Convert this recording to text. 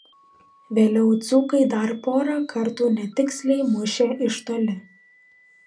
vėliau dzūkai dar porą kartų netiksliai mušė iš toli